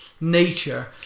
nature